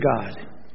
God